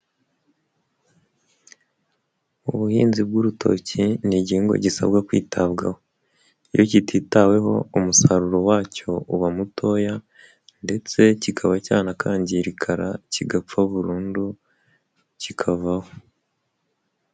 Ubuhinzi bw'urutoki ni igihigwa gisabwa kwitabwaho. Iyo kititaweho umusaruro wacyo uba mutoya ndetse kikaba cyanakangirikara kigapfa burundu kikavaho.